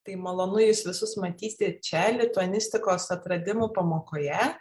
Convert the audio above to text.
tai malonu jus visus matyti čia lituanistikos atradimų pamokoje